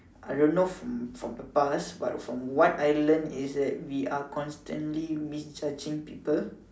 I don't know from the past but from what I learn is that we are constantly misjudging people